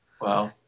Wow